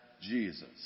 jesus